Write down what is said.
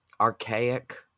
archaic